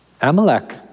Amalek